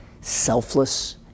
selfless